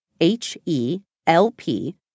H-E-L-P